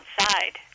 outside